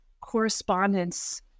correspondence